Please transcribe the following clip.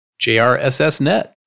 JRSSnet